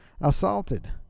assaulted